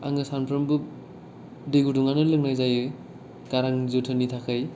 आङो सानफ्रोमबो दै गुदुङानो लोंनाय जायो गारां जोथोननि थाखै